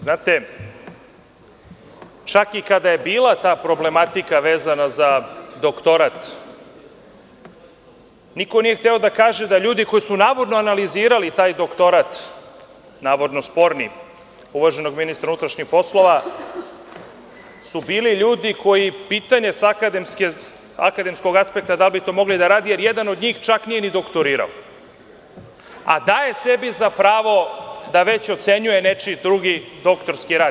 Znate, čak i kada je bila ta problematika vezana za doktorat, niko nije hteo da kaže da ljudi koji su navodno analizirali taj doktorat, navodno sporni, uvaženog ministra unutrašnjih poslova, su bili ljudi koji pitanje je sa akademskog aspekta da li bi to mogli da rade, jer jedan od njih čak nije ni doktorirao, a daje sebi za pravo da već ocenjuje nečiji drugi doktorski rad.